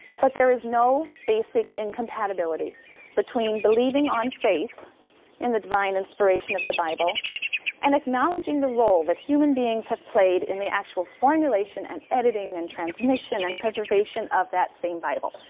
but there is no basic incompatibility between believing on faith in the divine inspiration of the bible and acknowledging the role that human beings have played in the actual formulation and editing and transmission and preservation of that same bible.